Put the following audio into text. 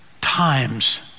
times